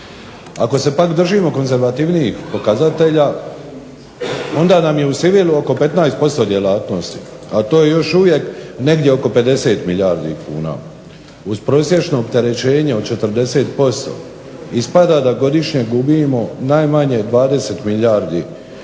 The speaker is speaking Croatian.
Ako se pak držimo konzervativnijih pokazatelja onda nam je u sivilu oko 15% djelatnosti, a to je još uvijek negdje oko 50 milijardi kuna. Uz prosječno opterećenje od 40% ispada da godišnje gubimo najmanje 20 milijardi kuna,